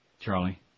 Charlie